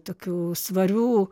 tokių svarių